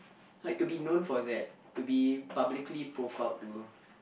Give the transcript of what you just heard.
like to be known for that to be publicly profiled to